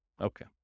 Okay